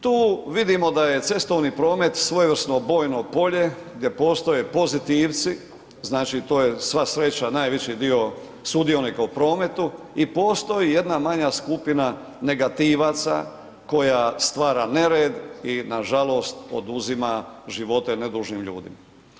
Tu vidimo da je cestovni promet svojevrsno bojno polje gdje postoje pozitivci, znači to je sva sreća najviši dio sudionika u prometu i postoji jedna manja skupina negativaca koja stvara nered i nažalost oduzima živote nedužnim ljudima.